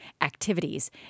activities